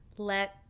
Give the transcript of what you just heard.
let